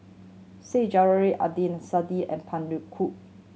Said Zahari Adnan Saidi and Pan Cheng Lui